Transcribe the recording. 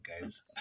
guys